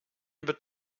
über